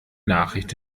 nachricht